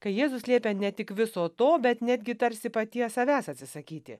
kai jėzus liepia ne tik viso to bet netgi tarsi paties savęs atsisakyti